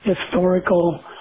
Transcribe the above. historical